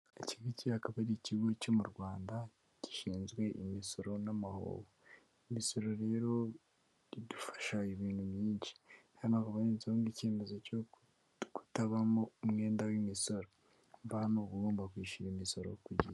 Iki ngiki akaba ari ikigo cyo mu Rwanda, gishinzwe imisoro n'amahoro. Imisoro rero idufasha ibintu byinshi. Hano hakaba handitseho ngo icyemezo cyo kutabamo umwenda w'imisoro. Urumva hano uba ugomba kwishyura imisoro ku gihe.